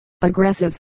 aggressive